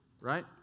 right